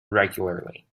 regularly